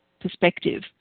perspective